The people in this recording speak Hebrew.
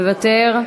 מוותר.